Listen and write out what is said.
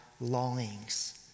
longings